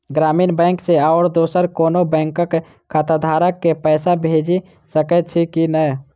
ग्रामीण बैंक सँ आओर दोसर कोनो बैंकक खाताधारक केँ पैसा भेजि सकैत छी की नै?